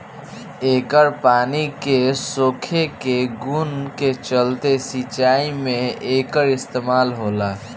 एकर पानी के सोखे के गुण के चलते सिंचाई में एकर इस्तमाल होला